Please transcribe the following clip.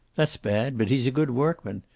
that's bad, but he's a good workman.